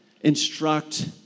instruct